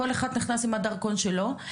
כל אחד נכנס עם הדרכון שלו.